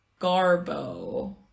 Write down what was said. Garbo